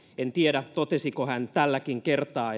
en tiedä totesiko hän tälläkin kertaa